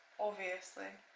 obviously